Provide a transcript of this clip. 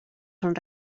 són